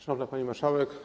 Szanowna Pani Marszałek!